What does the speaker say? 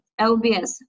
LBS